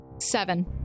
Seven